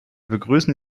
begrüßen